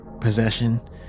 possession